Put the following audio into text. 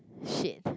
shit